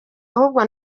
ahubwo